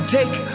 take